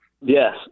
Yes